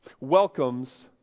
Welcomes